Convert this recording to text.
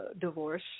divorce